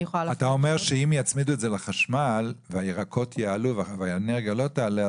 אתה אומר שאם יצמידו את זה לחשמל והירקות יעלו והאנרגיה לא תעלה,